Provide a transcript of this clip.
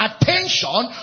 attention